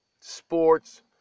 sports